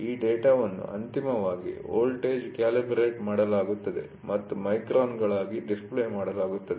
ಈ ಡೇಟಾವನ್ನು ಅಂತಿಮವಾಗಿ ವೋಲ್ಟೇಜ್ ಕ್ಯಾಲಿಬರ್ರೇಟ್ ಮಾಡಲಾಗುತ್ತದೆ ಮತ್ತು ಮೈಕ್ರಾನ್ಗಳಾಗಿ ಡಿಸ್ಪ್ಲೇ ಮಾಡಲಾಗುತ್ತದೆ